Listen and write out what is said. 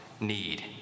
need